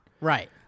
Right